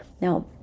now